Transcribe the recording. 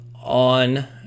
on